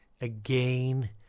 again